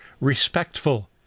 respectful